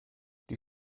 die